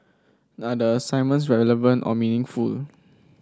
are the assignments relevant or meaningful